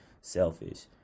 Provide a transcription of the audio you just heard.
selfish